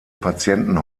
patienten